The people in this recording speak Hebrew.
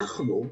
אנחנו,